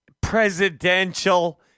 presidential